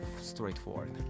straightforward